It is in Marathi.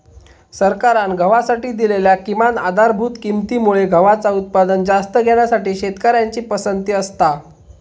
सरकारान गव्हासाठी दिलेल्या किमान आधारभूत किंमती मुळे गव्हाचा उत्पादन जास्त घेण्यासाठी शेतकऱ्यांची पसंती असता